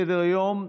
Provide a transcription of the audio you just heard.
בסדר-היום,